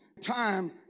time